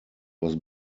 was